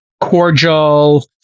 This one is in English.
cordial